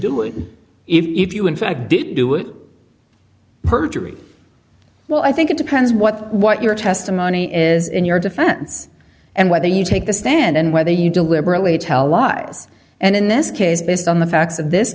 do it if you in fact did do it perjury well i think it depends what what your testimony is in your defense and whether you take the stand and whether you deliberately tell lies and in this case based on the facts of this